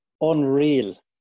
unreal